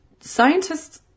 scientists